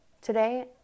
Today